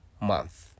month